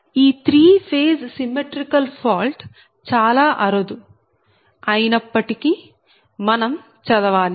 ఈ three phase symmetrical fault చాలా అరుదు అయినప్పటికీ మనం చదవాలి